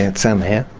and somehow.